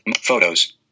Photos